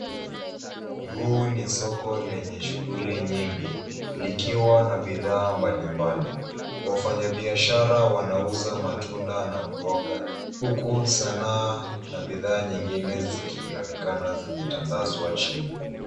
Huu ni soko lenye shughuli nyingi, likiwa na bidhaa mbalimbali. Wafanyabiashara wanauza matunda na mboga, huku sanaa na bidhaa nyingine zikionekana zimetandazwa chini